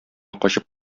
качып